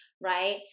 right